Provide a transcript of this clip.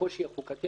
הקושי החוקתי,